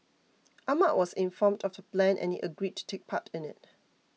Ahmad was informed of the plan and he agreed to take part in it